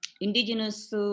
indigenous